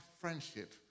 friendship